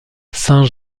saint